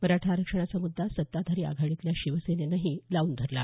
मराठा आरक्षणाचा मुद्दा सत्ताधारी आघाडीतल्या शिवसेनेनंही लावून धरला